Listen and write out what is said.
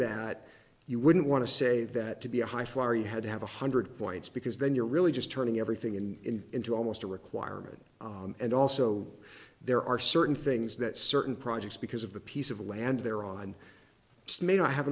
that you wouldn't want to say that to be a high flyer you had to have a hundred points because then you're really just turning everything in into almost a requirement and also there are certain things that certain projects because of the piece of land they're on may not have